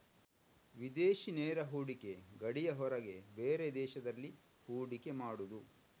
ವಿದೇಶಿ ನೇರ ಹೂಡಿಕೆ ಗಡಿಯ ಹೊರಗೆ ಬೇರೆ ದೇಶದಲ್ಲಿ ಹೂಡಿಕೆ ಮಾಡುದು